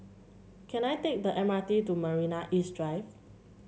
can I take the M R T to Marina East Drive